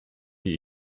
die